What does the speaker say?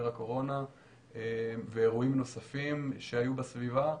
הקורונה ואירועים נוספים שהיו בסביבה,